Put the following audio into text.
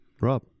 Rob